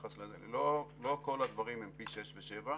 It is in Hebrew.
לא כל הדברים הם פי שישה ושבעה.